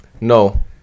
No